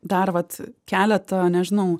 dar vat keletą nežinau